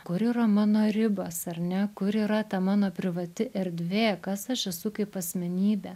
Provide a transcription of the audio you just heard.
kur yra mano ribos ar ne kur yra ta mano privati erdvė kas aš esu kaip asmenybė